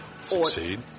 Succeed